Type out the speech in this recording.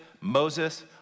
Moses